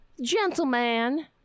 gentleman